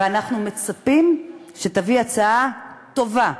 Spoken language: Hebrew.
ואנחנו מצפים שתביא הצעה טובה,